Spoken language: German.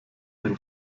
ein